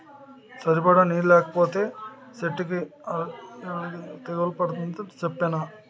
సరిపడా నీరు లేకపోతే సెట్టుకి యిలాగే తెగులు పట్టేద్దని సెప్పేనా?